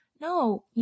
no